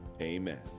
Amen